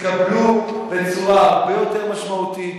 יתקבלו בצורה הרבה יותר משמעותית,